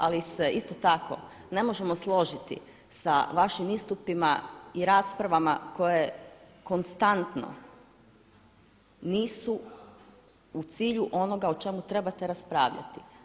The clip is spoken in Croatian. Ali se isto tako ne možemo složiti sa vašim istupima i raspravama koje konstantno nisu u cilju onoga o čemu trebate raspravljati.